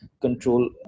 control